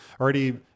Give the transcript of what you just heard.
already